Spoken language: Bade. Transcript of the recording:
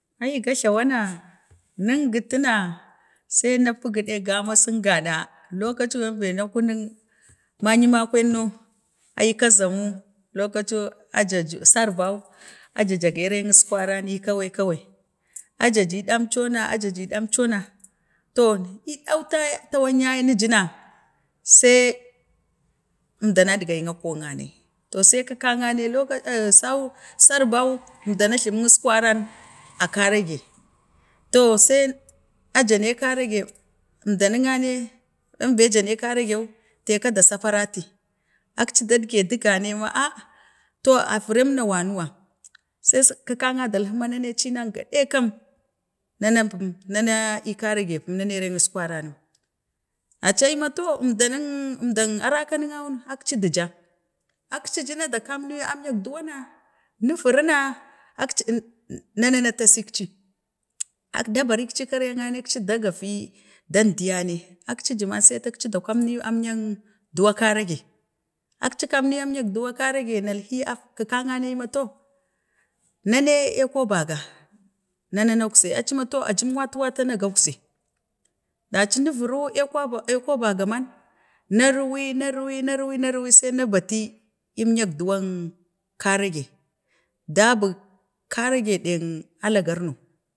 Ai gajlawa na, nəngutuna, se na pugi ɗe gama si gaɗa, lokaci bembe na kunik, manyi makwan no, ai kazamu, lokacu a ja ju sarban, a jaje rin əskwari, ce kawai kawai a ku ja ɗam co na ajaji dam, co na a jaji ɗam co na, to ee ɗan ta wan yaye ni ji na, se əmdan nan gayik a kwannane, to se kikannane loka, ce, sau sarebau əridanam jlamun əskwaran a karage to se a jane karage, əmdannane bembe jane, kerageu, te ka da saparati, akki dadge di gane ma, a to aviram na wanuwa, se kəkana dalhiya ma, na nem cinan gaɗi kam, na nan pum, nana karege pum, na ne sukwarunan, aci aima to əmdanin əmɗan arakan na akci du ja, akci ju na da kemnuyi amyak duwa, na, na viruna akci nini na ne na tisekci, na barkci karenane akci dagefi, dan diyanai, akci ji man se akci da kamniyu amyak duwak karage, akci kamniyu amyak duwak karaje nalhi əf kəkannane ai ma to, na ne aukobaga, na ne nakzai, aci ma to, a jim wata, wata na gagzai, daci nu viru aiko, a aiko baga man, na vuwi, na vuwi na vuwi, na vuwi se na bati əmyak duywan kareje, dabuk karage ɗik Alagerno